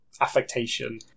affectation